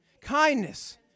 kindness